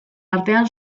artean